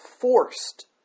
forced